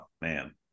man